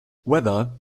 whether